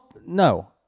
no